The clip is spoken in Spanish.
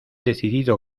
decidido